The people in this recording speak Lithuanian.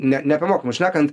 ne ne apie mokymus šnekant